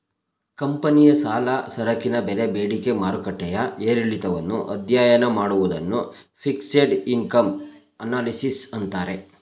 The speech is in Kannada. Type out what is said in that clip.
ಕಂಪನಿಯ ಸಾಲ, ಸರಕಿನ ಬೆಲೆ ಬೇಡಿಕೆ ಮಾರುಕಟ್ಟೆಯ ಏರಿಳಿತವನ್ನು ಅಧ್ಯಯನ ಮಾಡುವುದನ್ನು ಫಿಕ್ಸೆಡ್ ಇನ್ಕಮ್ ಅನಲಿಸಿಸ್ ಅಂತಾರೆ